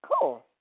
cool